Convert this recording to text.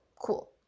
cool